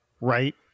right